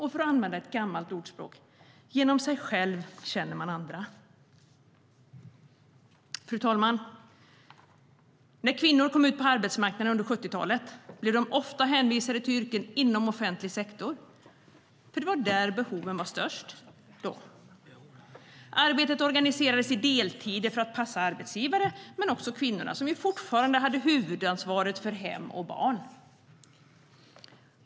För att använda ett gammalt ordspråk: Genom sig själv känner man andra. Fru talman! När kvinnor kom ut på arbetsmarknaden under 70-talet blev de ofta hänvisade till yrken inom offentlig sektor, för det var där behoven var störst. Arbetet organiserades i deltider för att passa arbetsgivarna men också kvinnorna, som ju fortfarande hade huvudansvaret för hem och barn.